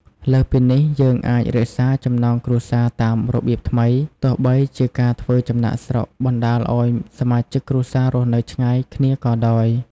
លើសពីនេះយើងអាចរក្សាចំណងគ្រួសារតាមរបៀបថ្មី ទោះបីជាការធ្វើចំណាកស្រុកបណ្ដាលឱ្យសមាជិកគ្រួសាររស់នៅឆ្ងាយគ្នាក៏ដោយ។